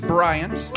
Bryant